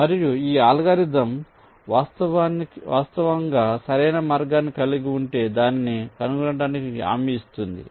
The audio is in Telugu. మరియు ఈ అల్గోరిథం వాస్తవంగా సరైన మార్గాన్ని కలిగి ఉంటే దానిని కనుగొనటానికి హామీ ఇస్తుంది